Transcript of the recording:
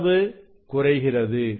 அளவு குறைகிறது